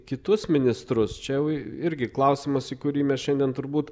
kitus ministrus čia jau irgi klausimas į kurį mes šiandien turbūt